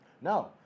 No